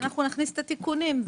אנחנו נכניס את התיקונים.